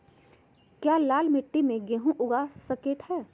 क्या लाल मिट्टी में गेंहु उगा स्केट है?